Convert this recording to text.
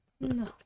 No